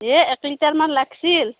ইয়ে এক লিটাৰমান লাগছিল